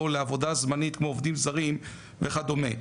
לעבודה זמנית כמו עובדים זרים וכדומה,